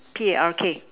P A R K